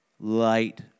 light